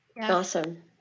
Awesome